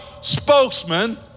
spokesman